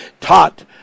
taught